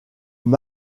mâle